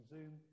Zoom